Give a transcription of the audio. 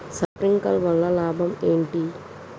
Sprinkler వల్ల లాభం ఏంటి?